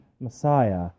Messiah